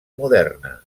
moderna